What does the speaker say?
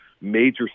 major